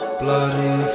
bloody